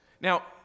Now